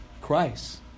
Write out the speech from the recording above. Christ